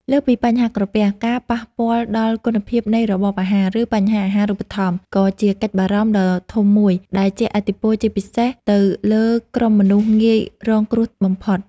លើសពីបញ្ហាក្រពះ ការប៉ះពាល់ដល់គុណភាពនៃរបបអាហារ ឬបញ្ហាអាហារូបត្ថម្ភ ក៏ជាក្តីបារម្ភដ៏ធំមួយដែលជះឥទ្ធិពលជាពិសេសទៅលើក្រុមមនុស្សងាយរងគ្រោះបំផុត។